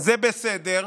זה בסדר,